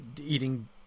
eating